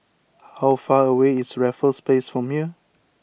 how far away is Raffles Place from here